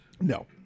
No